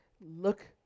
look